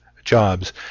Jobs